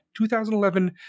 2011